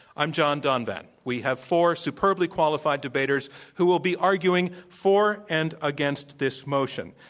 i'm john donvan. we have four superbly qualified debaters who will be arguing for and against this motion.